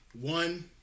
One